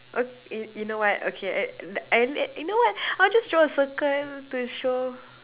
oh you you know what okay you know what I'll just draw a circle to show